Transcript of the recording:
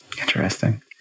Interesting